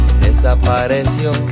Desapareció